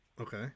Okay